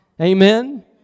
amen